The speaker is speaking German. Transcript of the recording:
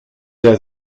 der